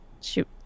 shoot